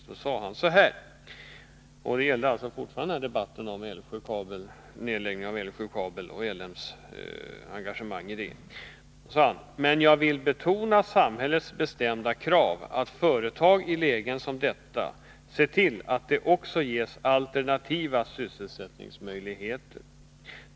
Han yttrade bl.a. följande, och det gällde då fortfarande debatten om nedläggning av Älvsjöanläggningen och L M Ericssons engagemang därvidlag: ”-—— men jag vill betona samhällets bestämda krav att företag i lägen som detta ser till att det också ges alternativa sysselsättningsmöjligheter.